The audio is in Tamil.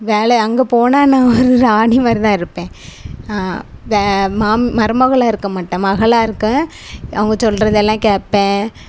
வேலை அங்கே போனால் நான் ஒரு ராணி மாதிரி தான் இருப்பேன் வே மா மருமகளாக இருக்க மாட்டேன் மகளாக இருக்கேன் அவங்க சொல்கிறதெல்லாம் கேட்பேன்